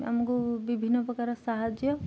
ଆମକୁ ବିଭିନ୍ନ ପ୍ରକାର ସାହାଯ୍ୟ